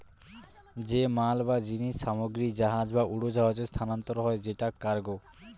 যে মাল বা জিনিস সামগ্রী জাহাজ বা উড়োজাহাজে স্থানান্তর হয় সেটা কার্গো